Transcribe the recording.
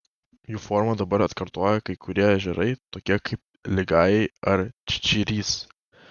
jų formą dabar atkartoja kai kurie ežerai tokie kaip ligajai ar čičirys